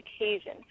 occasion